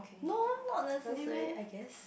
no not necessary I guess